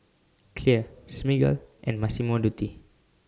Clear Smiggle and Massimo Dutti